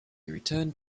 returned